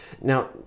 Now